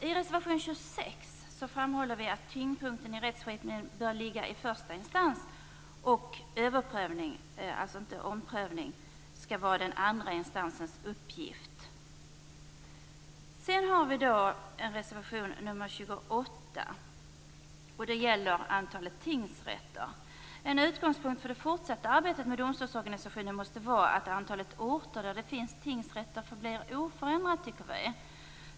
I reservation 26 framhåller vi att tyngdpunkten i rättsskipningen bör ligga i första instans och att överprövning, inte omprövning, skall vara den andra instansens uppgift. Reservation 28 gäller antalet tingsrätter. En utgångspunkt för det fortsatta arbetet med domstolsorganisationen måste vara att antalet orter där det finns tingsrätter förblir oförändrat.